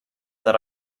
that